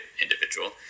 individual